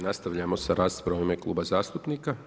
Nastavljamo sa raspravom u ime kluba zastupnika.